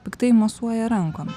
piktai mosuoja rankomis